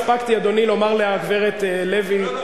לא הספקתי לומר לגברת לוי,